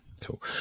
Cool